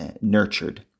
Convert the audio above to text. nurtured